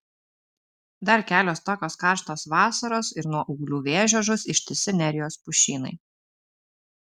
dar kelios tokios karštos vasaros ir nuo ūglių vėžio žus ištisi nerijos pušynai